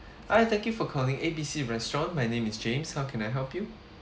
hi thank you for calling A B C restaurant my name is james how can I help you